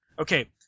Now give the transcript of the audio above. Okay